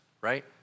right